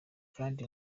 kandi